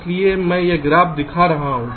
इसलिए मैं यह ग्राफ दिखा रहा हूं